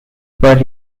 for